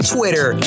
Twitter